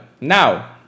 Now